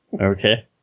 Okay